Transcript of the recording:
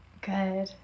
Good